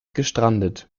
gestrandet